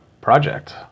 project